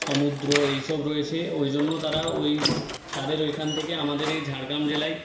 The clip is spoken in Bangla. সমুদ্র এইসব রয়েছে ওই জন্য তারা ওই তাদের ওইখান থেকে আমাদের এই ঝাড়গ্রাম জেলায়